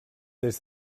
des